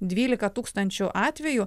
dvylika tūkstančių atvejų